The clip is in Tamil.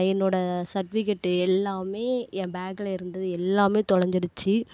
என்னோட சர்ட்விகேட்டு எல்லாமே என் பேக்கில் இருந்தது எல்லாமே தொலஞ்சிடுச்சு